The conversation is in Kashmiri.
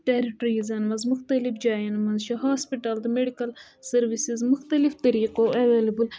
ٹرِٛٹرِیٖزَن منٛز مُختلِف جایَن منٛز چھُ ہاسپِٹَل تہٕ میڈِکَل سٔروِسٕز مُختَلِف طرِیٖقو ایولیبٕل